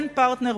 אין פרטנר,